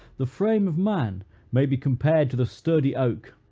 the frame of man may be compared to the sturdy oak,